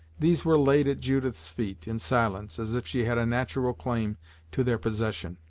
these were laid at judith's feet, in silence, as if she had a natural claim to their possession.